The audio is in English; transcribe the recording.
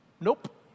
nope